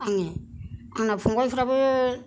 आङो आंना फंबायफोराबो